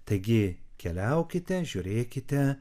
taigi keliaukite žiūrėkite